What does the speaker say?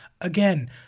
again